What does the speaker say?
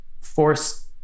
force